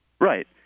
Right